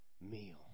meal